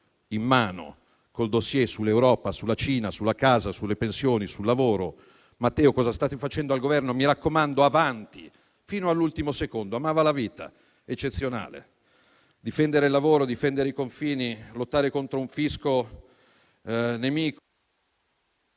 in mano, col *dossier* sull'Europa, sulla Cina, sulla casa, sulle pensioni, sul lavoro, domandare: Matteo, cosa state facendo al Governo? Mi raccomando, avanti, fino all'ultimo secondo. Amava la vita in modo eccezionale. Difendere il lavoro e difendere i confini, lottare contro un fisco nemico,